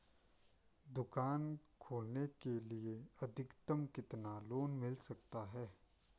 दुकान खोलने के लिए अधिकतम कितना लोन मिल सकता है?